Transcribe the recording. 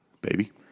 Baby